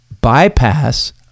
bypass